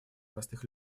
простых